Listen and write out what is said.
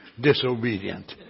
disobedient